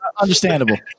Understandable